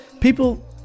people